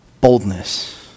boldness